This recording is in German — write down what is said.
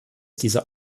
dieser